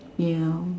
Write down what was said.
ya